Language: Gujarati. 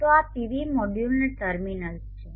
તો આ PV મોડ્યુલના ટર્મિનલ્સ છે